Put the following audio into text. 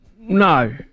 No